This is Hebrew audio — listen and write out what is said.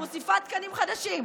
את מוסיפה תקנים חדשים.